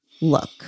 look